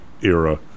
era